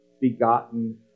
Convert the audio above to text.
begotten